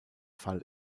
fall